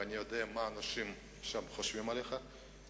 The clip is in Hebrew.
ואני יודע מה האנשים שם חושבים עליך,